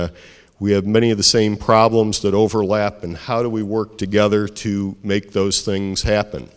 we have many of the same problems that overlap and how do we work together to make those things happen